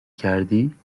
کردی